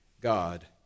God